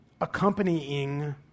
accompanying